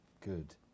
Good